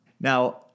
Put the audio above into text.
Now